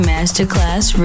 Masterclass